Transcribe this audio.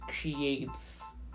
creates